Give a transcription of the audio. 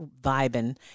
vibing